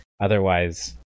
otherwise